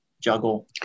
juggle